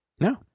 no